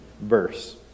verse